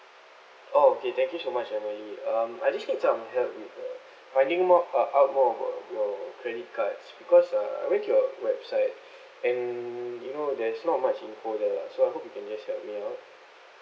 oh okay thank you so much emily um I just need some help with the finding more uh out more of a your credit cards because uh I went to your website and you know there is not much info there lah so I hope you can just help me out